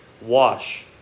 wash